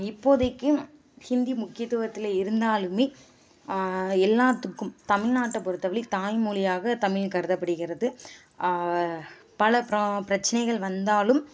இப்போதைக்கும் ஹிந்தி முக்கியத்துவத்தில் இருந்தாலுமே எல்லாத்துக்கும் தமிழ்நாட்டை பொறுத்தவரைலி தாய்மொழியாக தமிழ் கருதப்படுகிறது பல பிர பிரச்சனைகள் வந்தாலும்